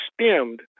stemmed